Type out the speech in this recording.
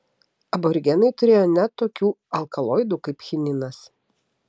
aborigenai turėjo net tokių alkaloidų kaip chininas